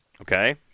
Okay